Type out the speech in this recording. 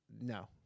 no